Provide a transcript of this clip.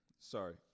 Sorry